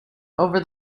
over